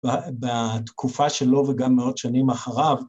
‫בתקופה שלו וגם מאות שנים אחריו.